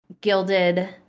gilded